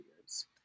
years